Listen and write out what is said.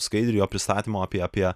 skaidriu jo pristatymo apie apie